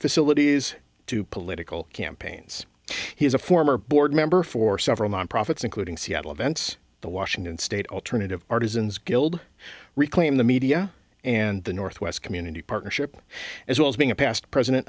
facilities to political campaigns he is a former board member for several nonprofits including seattle events the washington state alternative artisans guild reclaim the media and the northwest community partnership as well as being a past president